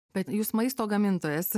bet jūs maisto gamintojas